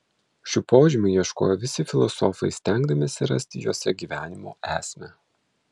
šių požymių ieškojo visi filosofai stengdamiesi rasti juose gyvenimo esmę